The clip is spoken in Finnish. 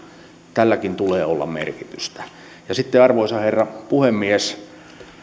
tälläkin tulee olla merkitystä ja sitten arvoisa herra puhemies